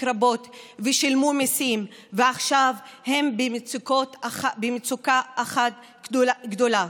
רבות ושילמו מיסים ועכשיו הם במצוקה אחת גדולה,